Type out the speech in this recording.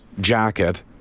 jacket